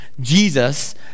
Jesus